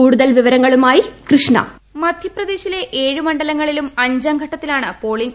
കൂടുതൽ വിവരങ്ങളുമായി കൃഷ്ണ വോയിസ് മധ്യപ്രദേശിലെ ഏഴ് മണ്ഡലങ്ങളിലും അഞ്ചാം ഘട്ടത്തിലാണ് പോളിംഗ്